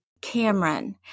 Cameron